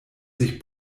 sich